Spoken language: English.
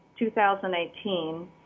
2018